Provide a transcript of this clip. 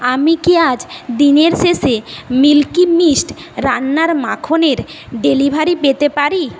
আমি কি আজ দিনের শেষে মিল্কি মিস্ট রান্নার মাখনের ডেলিভারি পেতে পারি